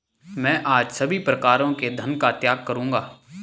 मैं आज सभी प्रकारों के धन का त्याग करूंगा